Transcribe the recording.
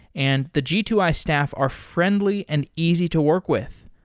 and the g two i staff are friendly and easy to work with.